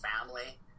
family